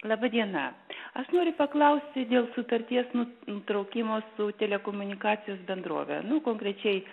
laba diena aš noriu paklausti dėl sutarties nutraukimo su telekomunikacijos bendrove nu konkrečiai